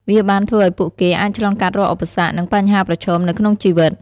វាបានធ្វើឱ្យពួកគេអាចឆ្លងកាត់រាល់ឧបសគ្គ និងបញ្ហាប្រឈមនៅក្នុងជីវិត។